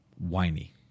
whiny